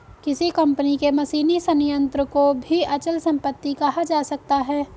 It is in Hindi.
किसी कंपनी के मशीनी संयंत्र को भी अचल संपत्ति कहा जा सकता है